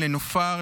לנופר,